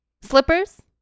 slippers